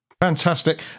Fantastic